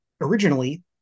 originally